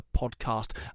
podcast